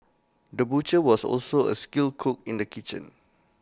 the butcher was also A skilled cook in the kitchen